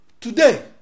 Today